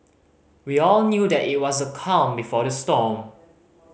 we all knew that it was the calm before the storm